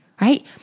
Right